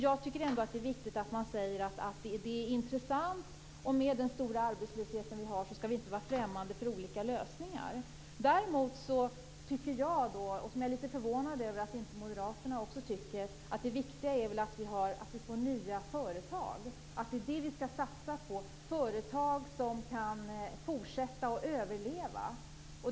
Jag tycker ändå att det är viktigt att man säger att det är intressant, och med den stora arbetslöshet som vi har skall vi inte vara främmande för olika lösningar. Däremot tycker jag - och jag är förvånad över att Moderaterna inte tycker det - att det viktiga är att vi får nya företag. Vi skall satsa på företag, som kan fortsätta och som kan överleva.